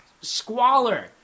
squalor